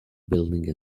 building